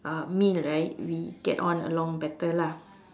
uh meal right we get on along better lah